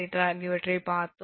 68 ஆகியவற்றைப் பார்த்தோம்